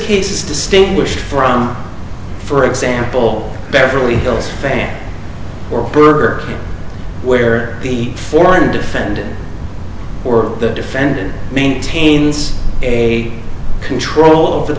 case is distinguished from for example beverly hills fan or burger where the foreign defendant or the defendant maintains a control over the